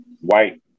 white